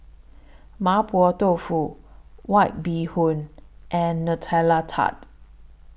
Mapo Tofu White Bee Hoon and Nutella Tart